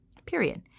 Period